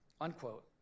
unquote